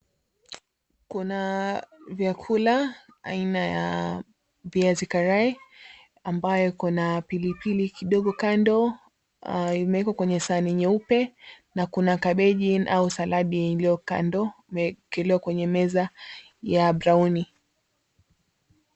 Kuna vyakula aina ya viazi karai ambayo ikona pilipili kidogo kando, imewekwa kwenye sahani nyeupe na kuna kabeji au saladi iliyo kando imewekelewa kwenye meza ya browni .